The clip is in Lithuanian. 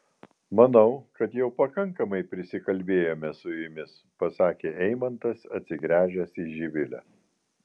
manau kad jau pakankamai prisikalbėjome su jumis pasakė eimantas atsigręžęs į živilę